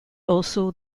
also